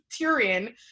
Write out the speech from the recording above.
Tyrion